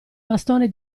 bastone